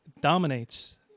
dominates